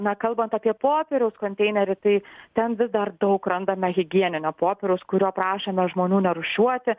na kalbant apie popieriaus konteinerį tai ten vis dar daug randame higieninio popieriaus kurio prašome žmonių nerūšiuoti